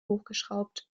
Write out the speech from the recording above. hochgeschraubt